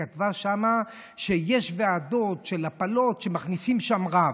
היא כתבה שם שיש ועדות של הפלות שמכניסים אליהן רב.